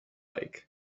alike